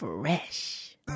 Fresh